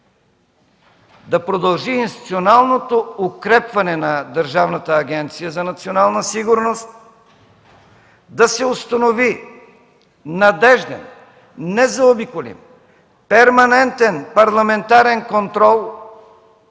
да продължи институционалното укрепване на Държавна агенция „Национална сигурност”, да се установи надежден незаобиколим перманентен парламентарен контрол,